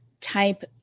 type